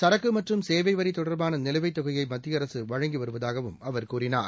சரக்கு மற்றும் சேவை வரி தொடர்பான நிலுவைத் தொகையை மத்திய அரசு வழங்கி வருவதாகவும் அவர் கூறினார்